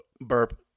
Burp